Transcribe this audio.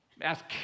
Ask